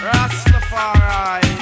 Rastafari